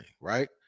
right